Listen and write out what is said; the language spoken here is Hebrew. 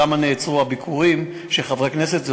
למה נעצרו הביקורים של חברי כנסת.